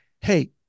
Hey